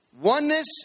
Oneness